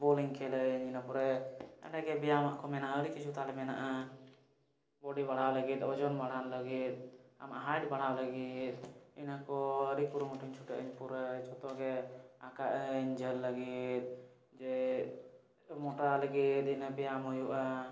ᱵᱚᱞᱤᱧ ᱠᱷᱮᱞᱟᱹᱧ ᱤᱱᱟᱹ ᱯᱚᱨᱮ ᱚᱸᱰᱮ ᱜᱮ ᱵᱮᱭᱟᱢᱟᱜ ᱠᱚ ᱢᱮᱱᱟᱜᱼᱟ ᱟᱹᱰᱤ ᱠᱤᱪᱷᱩ ᱛᱟᱞᱮ ᱢᱮᱱᱟᱜᱼᱟ ᱵᱚᱰᱤ ᱵᱟᱲᱦᱟᱣ ᱞᱟᱹᱜᱤᱫ ᱳᱡᱳᱱ ᱵᱟᱲᱦᱟᱣ ᱞᱟᱹᱜᱤᱫ ᱟᱢᱟᱜ ᱦᱟᱭᱤᱴ ᱵᱟᱲᱦᱟᱣ ᱞᱟᱹᱜᱤᱫ ᱤᱱᱟᱹ ᱠᱚ ᱟᱹᱰᱤ ᱠᱩᱨᱩᱢᱩᱴᱩᱧ ᱪᱷᱩᱴᱟᱹᱜᱼᱟᱹᱧ ᱯᱩᱨᱟᱹ ᱡᱷᱚᱛᱚ ᱜᱮ ᱟᱠᱟᱜᱼᱟᱹᱧ ᱡᱷᱟᱹᱞ ᱞᱟᱹᱜᱤᱫ ᱡᱮ ᱢᱚᱴᱟ ᱞᱟᱹᱜᱤᱫ ᱤᱱᱟᱹ ᱵᱮᱭᱟᱢ ᱦᱩᱭᱩᱜᱼᱟ